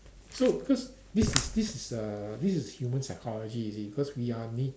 so because this is this is uh this is human psychology you see because we are na~